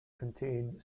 contain